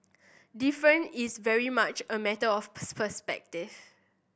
different is very much a matter of